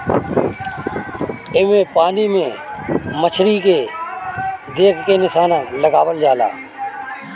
एमे पानी में मछरी के देख के निशाना लगावल जाला